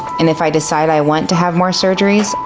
and if i decide i want to have more surgeries,